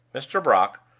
mr. brock,